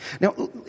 Now